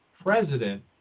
president